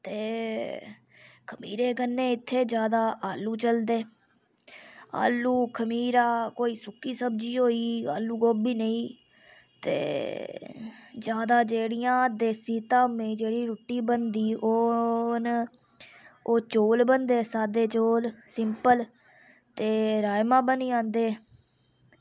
ते खमीरे कन्नै इत्थें जैदा आलु चलदे आलु खमीरा कोई सुक्की सब्जी होई आलु गोभी नेईं ते जादा जेह्ड़ियां देसी धामें जेह्ड़ी रुट्टी बनदी ओह् न ओह् चौल बनदे सादे चोल सिंपल ते राजमां बनी जंदे